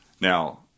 Now